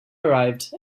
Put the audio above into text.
arrived